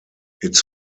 its